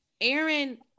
Aaron